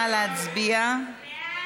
נא להצביע.